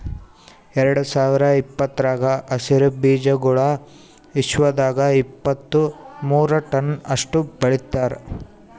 ಎರಡು ಸಾವಿರ ಇಪ್ಪತ್ತರಾಗ ಹಸಿರು ಬೀಜಾಗೋಳ್ ವಿಶ್ವದಾಗ್ ಇಪ್ಪತ್ತು ಮೂರ ಟನ್ಸ್ ಅಷ್ಟು ಬೆಳಿತಾರ್